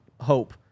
hope